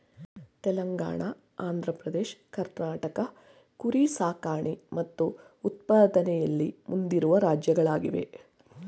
ತೆಲಂಗಾಣ ಆಂಧ್ರ ಪ್ರದೇಶ್ ಕರ್ನಾಟಕ ಕುರಿ ಸಾಕಣೆ ಮತ್ತು ಉತ್ಪಾದನೆಯಲ್ಲಿ ಮುಂದಿರುವ ರಾಜ್ಯಗಳಾಗಿವೆ